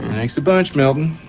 thanks a bunch, milton.